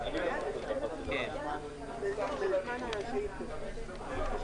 לחדש את הישיבה בדיונים על הרוויזיות שהוגשו,